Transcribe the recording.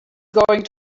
going